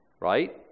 right